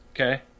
Okay